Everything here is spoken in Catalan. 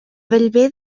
bellver